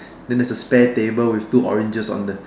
then there's a spare table with two oranges on the